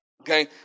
Okay